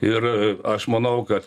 ir aš manau kad